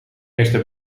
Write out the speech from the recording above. eerste